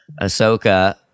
Ahsoka